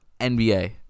NBA